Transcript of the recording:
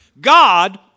God